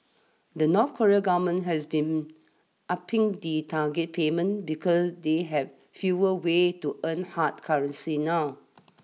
the North Korean government has been upping the target payments because they have fewer ways to earn hard currency now